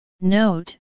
Note